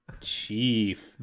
Chief